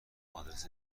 آدرس